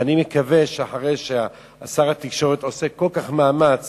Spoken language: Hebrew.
ואני מקווה שאחרי ששר התקשורת עושה מאמץ